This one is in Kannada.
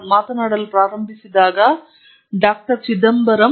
ನಾನು ಮುಂದಿನ ಪತ್ರಿಕೋದ್ಯಮಿಯಾಗಿದ್ದೇನೆ ಮತ್ತು ಈ ಕ್ರಮದಲ್ಲಿ ಮಾತನಾಡಲು ನೀವು ಏನೂ ಮಾಡಬಾರದು ಎಂದರು